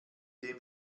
dem